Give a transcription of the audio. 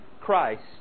Christ